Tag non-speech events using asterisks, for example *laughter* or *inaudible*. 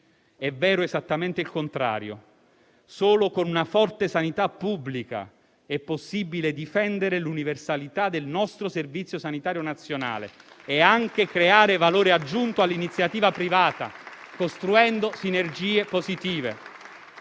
È vero esattamente il contrario: solo con una forte sanità pubblica è possibile difendere l'universalità del nostro Servizio sanitario nazionale *applause* e anche creare valore aggiunto all'iniziativa privata, costruendo sinergie positive.